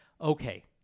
okay